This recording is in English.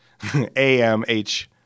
AMH